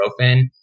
ibuprofen